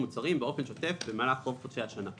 מוצרים באופן שוטף ובמהלך רוב חודשי השנה,"